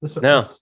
No